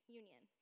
union